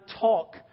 talk